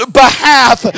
behalf